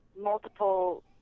multiple